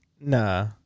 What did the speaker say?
Nah